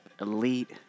elite